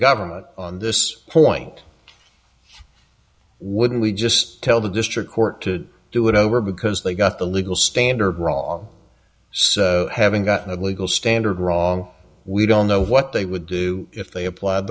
government on this point wouldn't we just tell the district court to do it over because they got the legal standard wrong so having gotten a legal standard wrong we don't know what they would do if they appl